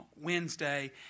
Wednesday